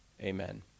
Amen